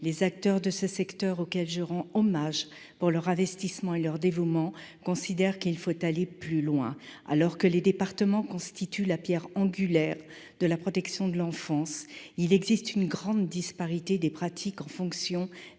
les acteurs de ce secteur, auxquels je rends hommage pour leur investissement et leur dévouement, considèrent qu'il faut aller plus loin. Alors que les départements constituent la pierre angulaire de la protection de l'enfance, il existe une grande disparité des pratiques en fonction